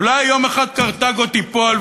אולי יום אחד קרתגו תיפול,